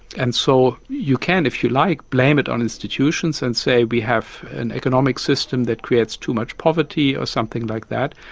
and so you can, if you like, blame it on institutions and say we have an economic system that creates too much poverty or something like that,